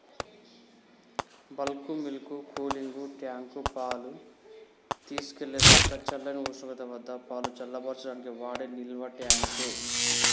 bulk milk cooling tank, పాలు తీసుకెళ్ళేదాకా చల్లని ఉష్ణోగ్రత వద్దపాలు చల్లబర్చడానికి వాడే నిల్వట్యాంక్